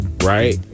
Right